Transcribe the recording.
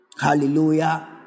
Hallelujah